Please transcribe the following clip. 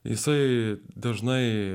jisai dažnai